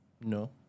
No